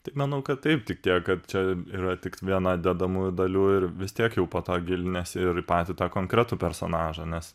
tai manau kad taip tik tiek kad čia yra tik viena dedamųjų dalių ir vis tiek jau po to giliniesi ir patį tą konkretų personažą nes